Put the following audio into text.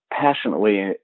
passionately